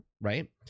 right